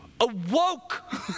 awoke